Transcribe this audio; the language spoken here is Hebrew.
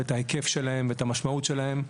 ההיקף שלהם ואת המשמעות שלהם,